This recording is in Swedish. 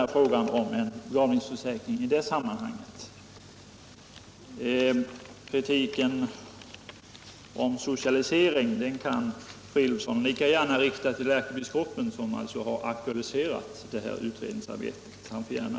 Kritiken om socialisering kan herr Fridolfsson — som jag tidigare anförde — lika gärna rikta till ärkebiskopen, som alltså har aktualiserat detta utredningsarbete.